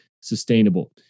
sustainable